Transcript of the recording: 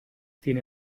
tiene